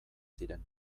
ziren